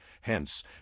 Hence